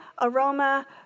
aroma